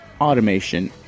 automation